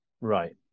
Right